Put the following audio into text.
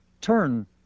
turn